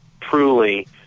truly